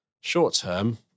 Short-term